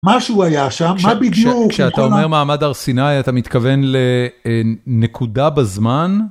מה שהוא היה שם, מה בדיוק... כשאתה אומר מעמד הר סיני אתה מתכוון לנקודה בזמן?